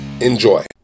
Enjoy